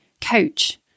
coach